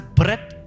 breath